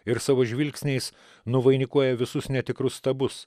ir savo žvilgsniais nuvainikuoja visus netikrus stabus